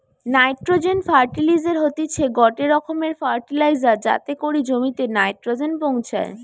nitrogen ফার্টিলিসের হতিছে গটে রকমের ফার্টিলাইজার যাতে করি জমিতে নাইট্রোজেন পৌঁছায়